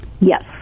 Yes